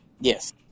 Yes